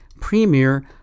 Premier